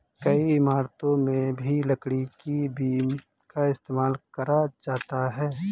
कई इमारतों में भी लकड़ी के बीम का इस्तेमाल करा जाता है